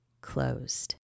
closed